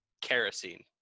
Kerosene